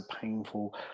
painful